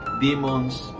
demons